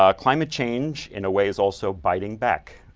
ah climate change in a way is also biting back.